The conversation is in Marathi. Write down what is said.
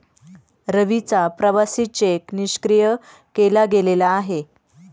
रवीचा प्रवासी चेक निष्क्रिय केला गेलेला आहे